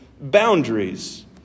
boundaries